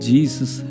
Jesus